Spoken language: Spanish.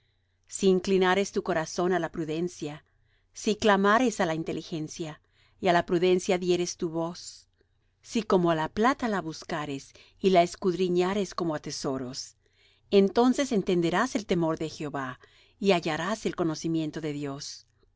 si inclinares tu corazón á la prudencia si clamares á la inteligencia y á la prudencia dieres tu voz si como á la plata la buscares y la escudriñares como á tesoros entonces entenderás el temor de jehová y hallarás el conocimiento de dios